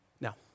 Now